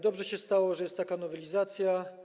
Dobrze się stało, że jest taka nowelizacja.